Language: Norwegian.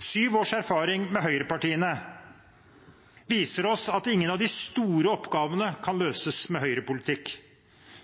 Sju års erfaring med høyrepartiene viser oss at ingen av de store oppgavene kan løses med høyrepolitikk.